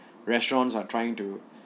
restaurants are trying to